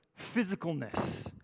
physicalness